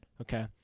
okay